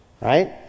Right